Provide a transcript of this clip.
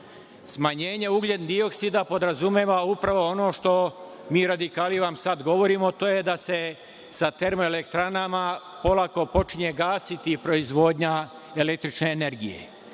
Smanjenje ugljen-dioksida podrazumeva upravo ono, što mi radikali vam sada govorimo, da se sa termoelektranama polako počinje gasiti i proizvodnja električne energije